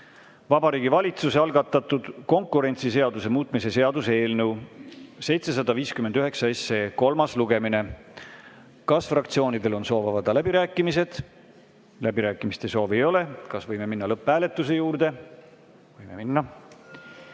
Vabariigi Valitsuse algatatud konkurentsiseaduse muutmise seaduse eelnõu 759 kolmas lugemine. Kas fraktsioonidel on soov avada läbirääkimised? Läbirääkimiste soovi ei ole. Kas võime minna lõpphääletuse juurde? Võime